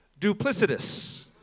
duplicitous